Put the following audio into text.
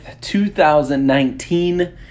2019